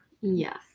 Yes